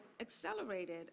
accelerated